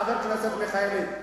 חבר הכנסת מיכאלי,